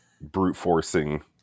brute-forcing